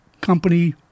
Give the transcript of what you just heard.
company